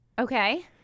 Okay